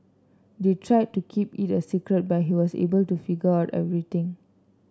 they tried to keep it a secret but he was able to figure out everything out